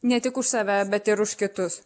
ne tik už save bet ir už kitus